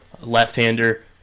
left-hander